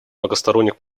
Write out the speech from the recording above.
многосторонних